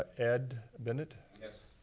ed bennett. yes.